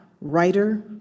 writer